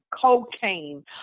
cocaine